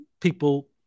people